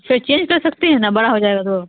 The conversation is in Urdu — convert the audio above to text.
پھر چینج کر سکتے ہیں نا بڑا ہو جائے گا تو